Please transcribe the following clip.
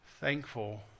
thankful